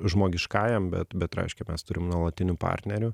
žmogiškajam bet bet reiškia mes turim nuolatinių partnerių